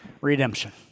redemption